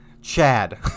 Chad